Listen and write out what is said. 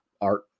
art